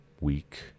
week